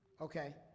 Okay